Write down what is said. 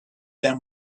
them